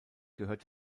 gehört